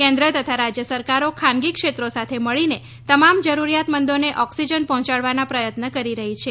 કેન્દ્ર તથા રાજ્ય સરકારો ખાનગી ક્ષેત્રો સાથે મળીને તમામ જરૂરિયાતમંદોને ઓક્સિજન પર્હોંચાડવાના પ્રયત્ન કરી રહી છે